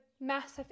massive